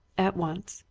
at once.